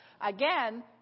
Again